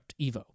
Evo